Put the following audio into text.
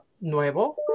nuevo